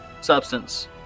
substance